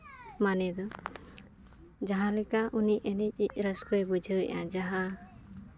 ᱢᱟᱱᱮ ᱫᱚ ᱡᱟᱦᱟᱸᱞᱮᱠᱟ ᱩᱱᱤ ᱮᱱᱮᱡᱤᱡ ᱨᱟᱹᱥᱠᱟᱹᱭ ᱵᱩᱡᱷᱟᱹᱣᱮᱫᱼᱟ ᱡᱟᱦᱟᱸ